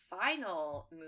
final